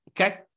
Okay